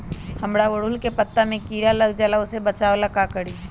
हमरा ओरहुल के पत्ता में किरा लग जाला वो से बचाबे ला का करी?